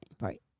Right